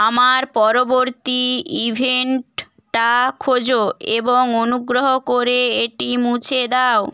আমার পরবর্তী ইভেন্টটা খোঁজো এবং অনুগ্রহ করে এটি মুছে দাও